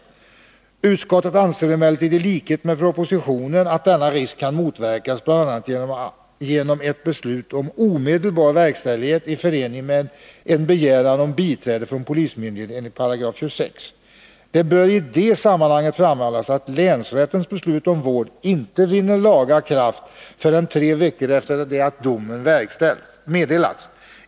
Utskottet 143 anser emellertid i likhet med propositionen ——— att denna risk kan motverkas bl.a. genom ett beslut om omedelbar verkställighet i förening med en begäran om biträde från polismyndigheten enligt 26 §. Det bör i sammanhanget framhållas att länsrättens beslut om vård inte vinner laga kraft förrän tre veckor efter det att domen meddelats.